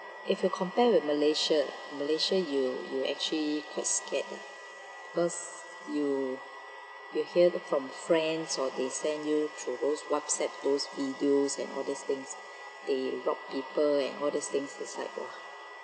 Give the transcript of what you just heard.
if you compare with malaysia malaysia you you actually quite scared lah because you you hear that from friends or they send you through those whatsapp those videos and all these things they lock people and all these things aside !wah!